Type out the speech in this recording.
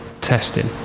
testing